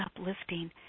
uplifting